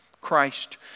Christ